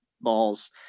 balls